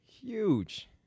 huge